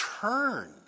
turn